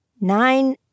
Nine